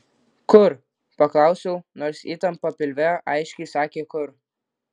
kur paklausiau nors įtampa pilve aiškiai sakė kur